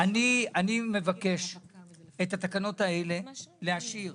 אני מבקש את התקנות האלה להשאיר